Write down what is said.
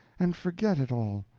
and forget it all.